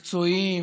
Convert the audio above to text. מקצועיים,